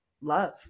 love